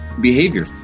behavior